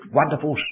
wonderful